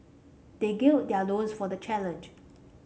they gird their loins for the challenge